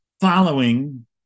following